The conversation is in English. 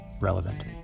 relevant